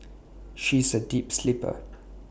she is A deep sleeper